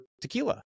tequila